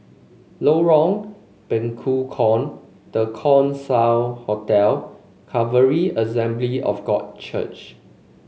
Lorong Bekukong The Keong Saik Hotel Calvary Assembly of God Church